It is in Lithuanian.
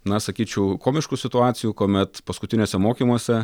na sakyčiau komiškų situacijų kuomet paskutiniuose mokymuose